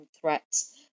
threats